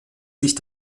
sich